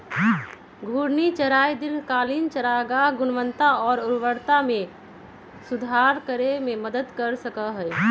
घूर्णी चराई दीर्घकालिक चारागाह गुणवत्ता और उर्वरता में सुधार करे में मदद कर सका हई